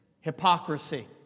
hypocrisy